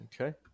Okay